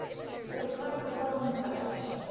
you see the great weldon parish,